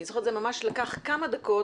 אני זוכרת שזה לקח ממש כמה דקות